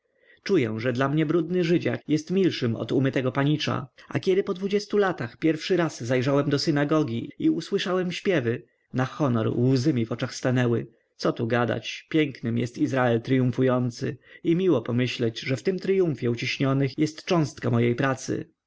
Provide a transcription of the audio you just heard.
czuję że dla mnie brudny żydziak jest milszym od umytego panicza a kiedy po dwudziestu latach pierwszy raz zajrzałem do synagogi i usłyszałem śpiewy na honor łzy mi w oczach stanęły co tu gadać pięknym jest izrael tryumfujący i miło pomyśleć że w tym tryumfie uciśnionych jest cząstka mojej pracy